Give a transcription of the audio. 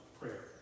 prayer